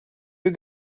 you